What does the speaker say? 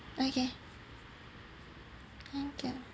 okay thank you